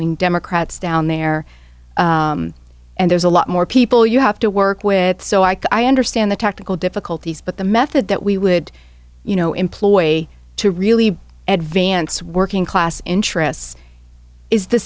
wing democrats down there and there's a lot more people you have to work with so i can i understand the technical difficulties but the method that we would you know employ to really advance working class interests is the